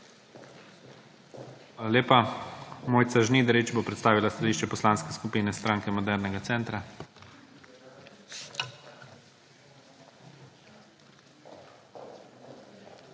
lepa. Mojca Žnidarič bo predstavila stališče Poslanske skupine Stranke modernega centra.